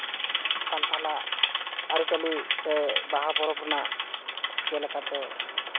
ᱥᱟᱱᱛᱷᱟᱞᱟᱜ ᱟᱹᱨᱤᱪᱟᱹᱞᱤ ᱥᱮ ᱵᱟᱦᱟ ᱯᱚᱨᱚᱵᱽ ᱨᱮᱱᱟᱜ ᱪᱮᱫ ᱞᱮᱠᱟᱛᱮ